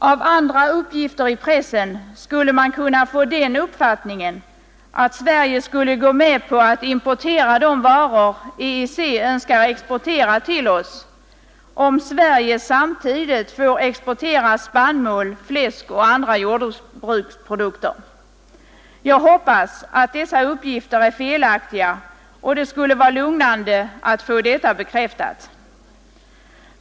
Av andra uppgifter i pressen skulle man kunna få den uppfattningen, att Sverige skulle gå med på att importera de varor EEC önskar exportera till oss, om Sverige samtidigt får exportera spannmål, fläsk och andra jordbruksprodukter. Jag hoppas att dessa uppgifter är felaktiga, och det skulle vara lugnande att få detta bekräftat.